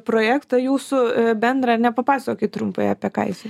projektą jūsų bendrą ar ne papasakokit trumpai apie ką jisai